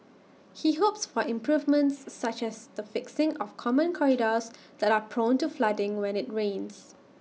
he hopes for improvements such as the fixing of common corridors that are prone to flooding when IT rains